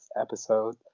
episode